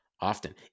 Often